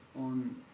on